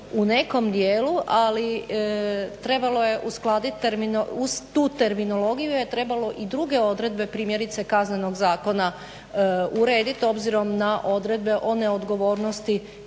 u nekom dijelu ali trebalo je uskladit uz tu terminologiju je trebalo i druge odredbe primjerice Kaznenog zakona urediti obzirom na odredbe o neodgovornosti djeteta